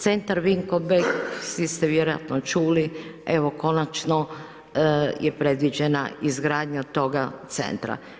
Centar Vinko Bek svi ste vjerojatno čuli, evo konačno je predviđena izgradnja toga centra.